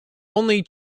only